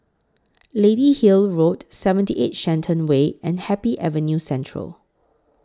Lady Hill Road seventy eight Shenton Way and Happy Avenue Central